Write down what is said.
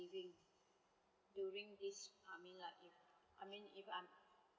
during this I mean like I mean if I